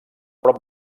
prop